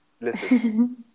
listen